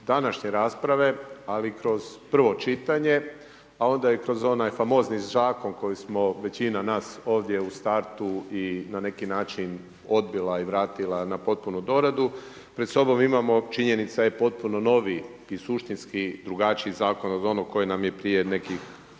današnje rasprave, ali i kroz prvo čitanje, a onda i kroz onaj famozni zakon koji smo većina nas ovdje u startu i na neki način odbila i vratila na potpunu doradu, pred sobom imamo, činjenica je, potpuno noviji i suštinski drugačiji Zakon od onog koji nam je prije nekih